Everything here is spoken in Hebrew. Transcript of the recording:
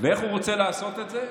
ואיך הוא רוצה לעשות את זה?